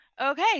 Okay